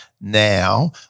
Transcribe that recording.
now